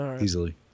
easily